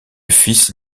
fils